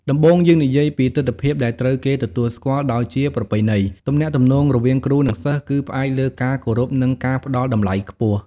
ដំបូងយើងនិយាយពីទិដ្ឋភាពដែលត្រូវគេទទួលស្គាល់ ដោយជាប្រពៃណី ទំនាក់ទំនងរវាងគ្រូ និងសិស្សគឺផ្អែកលើការគោរព និងការផ្តល់តម្លៃខ្ពស់។